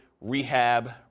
rehab